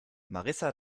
marissa